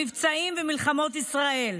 המבצעים ומלחמות ישראל,